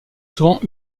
souvent